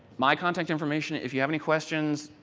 my contact information, if you have any questions,